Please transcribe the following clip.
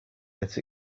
that